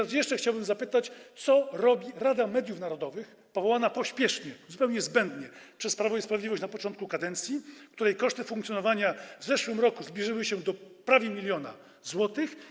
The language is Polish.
I jeszcze chciałbym zapytać, co robi Rada Mediów Narodowych, powołana pośpiesznie, zupełnie zbędnie przez Prawo i Sprawiedliwość na początku kadencji, której koszty funkcjonowania w zeszłym roku zbliżyły się do prawie 1 mln zł.